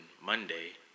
Monday